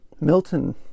Milton